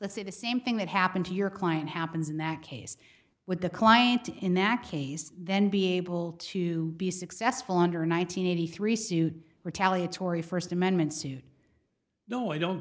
let's say the same thing that happened to your client happens in that case with the client in that case then be able to be successful under nine hundred eighty three suit retaliatory first amendment suit no i don't